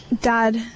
Dad